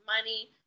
money